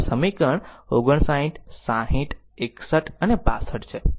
તો આ સમીકરણ 59 60 61 અને 62 છે